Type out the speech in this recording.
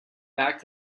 back